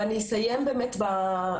ואני אסיים בהמלצות.